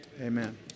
amen